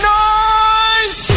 noise